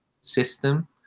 system